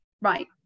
right